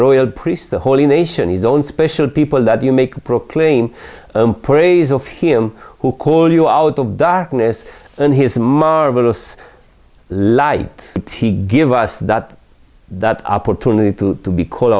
royal priest the holy nation his own special people that you make proclaim praise of him who called you out of darkness and his marvelous light to give us that that opportunity to be called